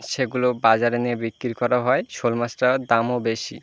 সেগুলো বাজারে নিয়ে বিক্রি করা হয় শোল মাছটার দামও বেশি